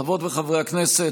חברות וחברי הכנסת,